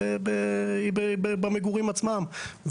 היא במגורים עצמם.